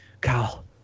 Carl